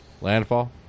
Landfall